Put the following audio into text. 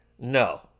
no